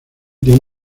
tiene